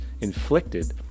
inflicted